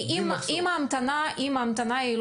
אם ההמתנה היא,